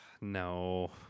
No